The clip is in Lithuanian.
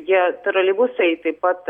jie troleibusai taip pat